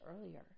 earlier